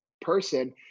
person